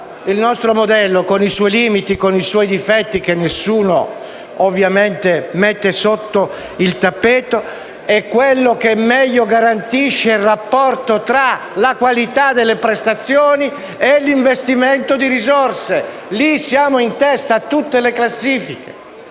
il nostro modello, con i suoi limiti e i suoi difetti (che nessuno ovviamente mette sotto al tappeto), è quello che meglio garantisce il rapporto tra la qualità delle prestazioni e l'investimento di risorse. Lì siamo in testa a tutte le classifiche.